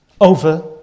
over